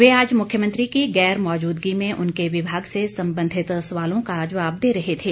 वे आज मुख्यमंत्री की गैर मौजूदगी में उनके विभाग से संबंधित सवालों का जवाब दे रहे थे